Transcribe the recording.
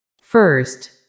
First